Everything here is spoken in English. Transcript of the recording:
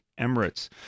Emirates